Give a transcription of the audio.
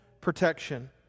protection